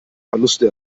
verluste